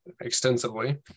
extensively